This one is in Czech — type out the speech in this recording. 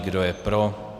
Kdo je pro?